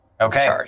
Okay